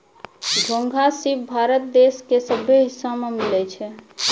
घोंघा, सिप भारत देश के सभ्भे हिस्सा में मिलै छै